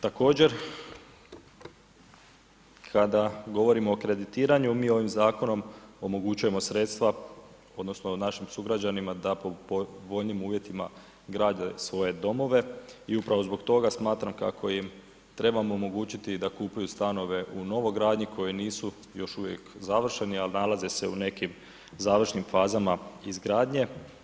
Također kada govorimo o kreditiranju, mi ovim zakonom omogućujemo sredstva odnosno našim sugrađanima da po povoljnijim uvjetima grade svoje domove i upravo zbog toga smatram kako im trebamo omogućiti da kupuju stanove u novogradnji koji nisu još uvijek završeni, al nalaze se u nekim završnim fazama izgradnje.